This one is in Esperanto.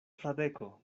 fradeko